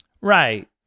Right